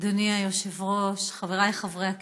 אדוני היושב-ראש, חבריי חברי הכנסת,